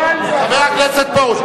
חבר הכנסת פרוש,